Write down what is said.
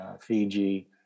Fiji